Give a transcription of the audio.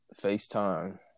FaceTime